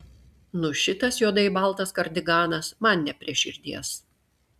nu šitas juodai baltas kardiganas man ne prie širdies